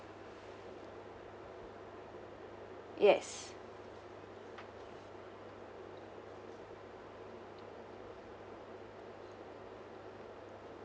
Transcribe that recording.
yes